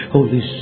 Holy